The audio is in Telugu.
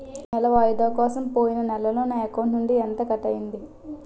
నెల వాయిదా కోసం పోయిన నెలలో నా అకౌంట్ నుండి ఎంత కట్ అయ్యింది?